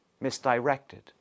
misdirected